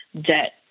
debt